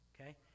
Okay